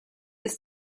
ist